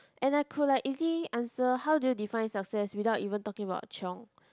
and I could like easily answer how do you define success without even talking about chiong